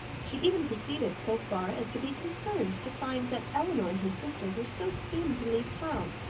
she even proceeded so far as to be concerned to find that elinor and her sister were so soon to leave town,